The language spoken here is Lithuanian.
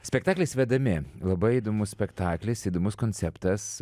spektaklis vedami labai įdomus spektaklis įdomus konceptas